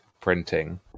printing